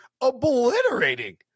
obliterating